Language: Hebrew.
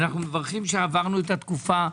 מברכים שעברנו את התקופה.